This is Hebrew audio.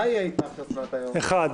אחד.